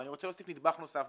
ואני רוצה להוסיף נדבך נוסף,